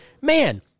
man